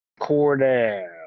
Cordell